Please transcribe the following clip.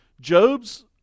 Job's